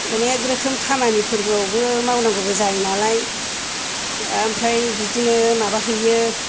अनेक रोखोम खामानि फोरबोआवबो मावनांगौबो जायोनालाय ओमफ्राय बिदिनो माबाहैयो